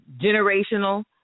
generational